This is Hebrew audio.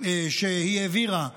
שהיא העבירה התקבל,